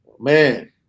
man